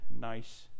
nice